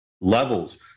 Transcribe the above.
levels